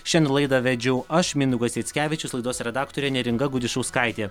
šiandien laidą vedžiau aš mindaugas jackevičius laidos redaktorė neringa gudišauskaitė